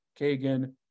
Kagan